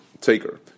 taker